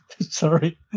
sorry